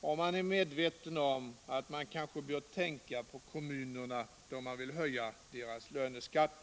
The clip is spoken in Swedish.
Och man är medveten om att man kanske bör tänka på kommunerna då man vill höja deras löneskatter.